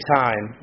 time